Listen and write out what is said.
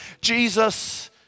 Jesus